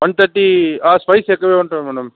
one thirty ఆ spice ఎక్కువే ఉండాలి మేడం